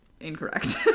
incorrect